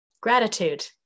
Gratitude